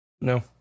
No